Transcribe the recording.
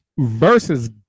versus